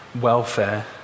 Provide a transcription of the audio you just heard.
welfare